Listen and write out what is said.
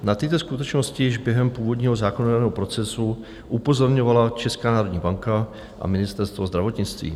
Na tyto skutečnosti již během původního zákonného procesu upozorňovala Česká národní banka a Ministerstvo zdravotnictví.